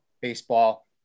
baseball